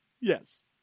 Yes